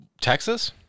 Texas